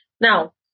Now